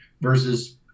versus –